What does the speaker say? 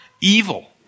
evil